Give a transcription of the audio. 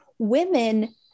women